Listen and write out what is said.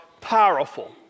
powerful